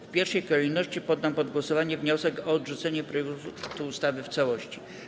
W pierwszej kolejności poddam pod głosowanie wniosek o odrzucenie projektu ustawy w całości.